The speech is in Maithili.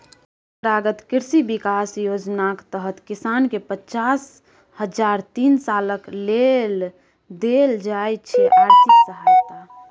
परंपरागत कृषि बिकास योजनाक तहत किसानकेँ पचास हजार तीन सालक लेल देल जाइ छै आर्थिक सहायता